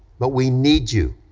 but we need you,